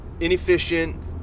inefficient